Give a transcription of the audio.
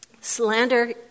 Slander